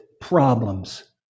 problems